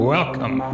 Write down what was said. Welcome